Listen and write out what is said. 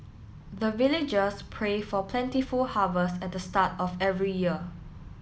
the villagers pray for plentiful harvest at the start of every year